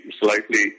slightly